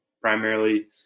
primarily